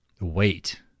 wait